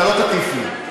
אתה לא תטיף לי.